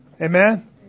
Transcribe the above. Amen